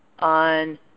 on